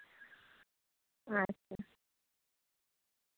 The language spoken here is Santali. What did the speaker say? ᱟᱪᱪᱷᱟ